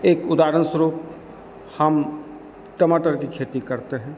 एक उदाहरण स्वरूप हम टमाटर की खेती करते हैं